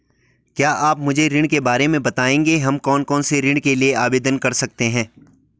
क्या आप मुझे ऋण के बारे में बताएँगे हम कौन कौनसे ऋण के लिए आवेदन कर सकते हैं?